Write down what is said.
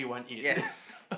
yes